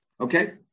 Okay